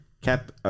Cap